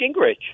Gingrich